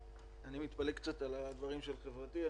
אני מתפלא קצת על הדברים של חברתי.